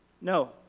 No